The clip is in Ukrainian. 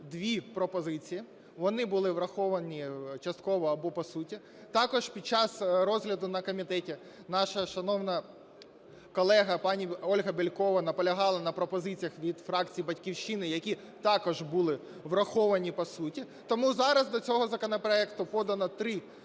дві пропозиції, вони були враховані частково або по суті. Також під час розгляду на комітеті наша шановна колега пані Ольга Бєлькова наполягала на пропозиціях від фракції "Батьківщина", які також були враховані по суті. Тому зараз до цього законопроекту подано три